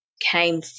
came